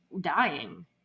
dying